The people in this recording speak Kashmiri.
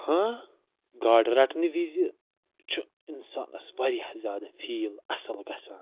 ہاں گاڈٕ رَٹنہٕ وِزِ چھُ اِنسانَس وارِیاہ زیادٕ فیٖل اصٕل گَژھان